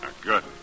Good